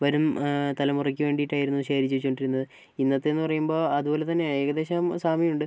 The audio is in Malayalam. വരും തലമുറയ്ക്ക് വേണ്ടിയിട്ടായിരുന്നു ശേഖരിച്ചുവെച്ചോണ്ടിരുന്നത് ഇന്നത്തേന്ന് പറയുമ്പോൾ അതുപോലെത്തന്നെ ഏകദേശം സാമ്യമുണ്ട്